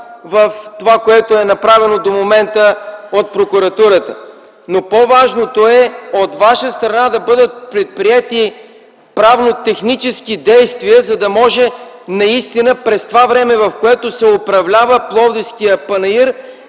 в това, което е направено до момента от прокуратурата. Но по-важното е от Ваша страна да бъдат предприети правно-технически действия, за да може през времето, през което се управлява Пловдивският панаир,